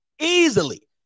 Easily